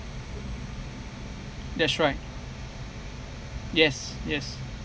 that's right yes yes